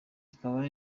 ikaba